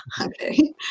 okay